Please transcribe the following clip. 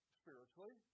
spiritually